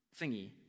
thingy